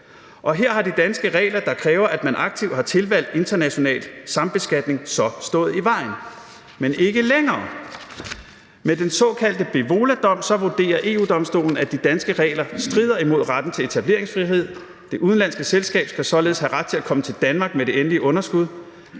Her har de danske regler, der kræver, at man aktivt har tilvalgt international sambeskatning, så stået i vejen. Men sådan er det ikke længere. Med den såkaldte Bevoladom vurderer EU-Domstolen, at de danske regler strider imod retten til etableringsfrihed. Det udenlandske selskab skal således have ret til at komme til Danmark med det endelige underskud,